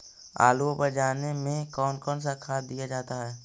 आलू ओवर जाने में कौन कौन सा खाद दिया जाता है?